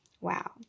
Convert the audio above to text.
Wow